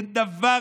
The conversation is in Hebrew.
אין דבר